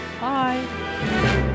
Bye